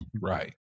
Right